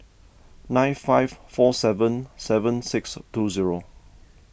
nine five four seven seven six two zero